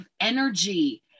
energy